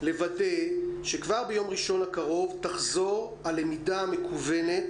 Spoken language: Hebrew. לוודא שכבר ביום ראשון הקרוב תחזור הלמידה המקוונת